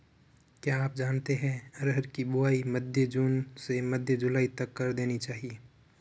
क्या आप जानते है अरहर की बोआई मध्य जून से मध्य जुलाई तक कर देनी चाहिये?